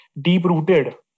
deep-rooted